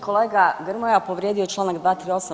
Kolega Grmoja povrijedio je Članak 238.